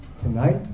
tonight